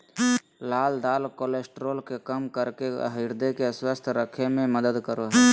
लाल दाल कोलेस्ट्रॉल के कम करके हृदय के स्वस्थ रखे में मदद करो हइ